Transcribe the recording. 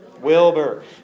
Wilbur